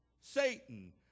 Satan